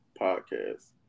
podcast